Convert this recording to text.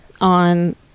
on